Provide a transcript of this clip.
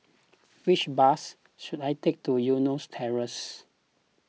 which bus should I take to Eunos Terrace